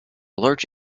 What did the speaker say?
large